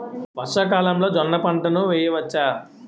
వర్షాకాలంలో జోన్న పంటను వేయవచ్చా?